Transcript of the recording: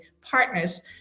partners